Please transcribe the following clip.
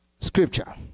scripture